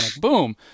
Boom